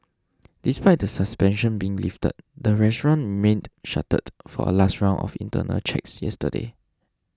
despite the suspension being lifted the restaurant remained shuttered for a last round of internal checks yesterday